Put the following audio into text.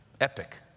Epic